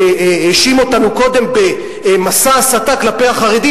שהאשים אותנו קודם במסע הסתה כלפי החרדים,